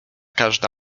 każda